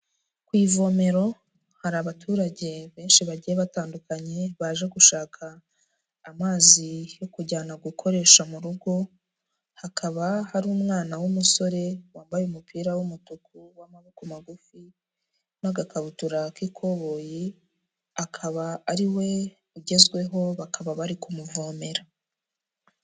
Ku ivomero hari abaturage benshi bagiye batandukanye baje gushaka amazi yo kujyana gukoresha mu rugo, hakaba hari umwana w'umusore wambaye umupira w'umutuku w'amaboko magufi n'agakabutura k'ikoboyi akaba ari we ugezweho bakaba bari kumuvomera.